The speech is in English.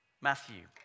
Matthew